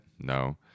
No